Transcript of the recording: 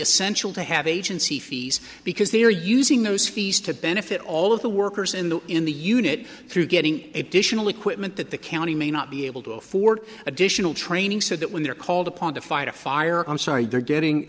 essential to have agency fees because they're using those fees to benefit all of the workers in the in the unit through getting additional equipment that the county may not be able to afford additional training so that when they're called upon to fight a fire i'm sorry they're getting